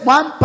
One